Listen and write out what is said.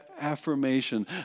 affirmation